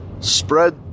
spread